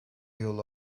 yolu